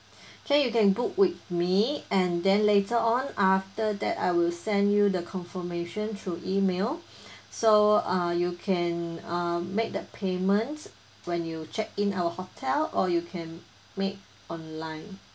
can you can book with me and then later on after that I will send you the confirmation through email so uh you can uh make the payments when you check in our hotel or you can make online